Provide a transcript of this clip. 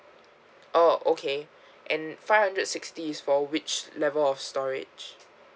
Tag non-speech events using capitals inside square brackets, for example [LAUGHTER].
oh okay [BREATH] and five hundred sixty is for which level of storage